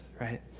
right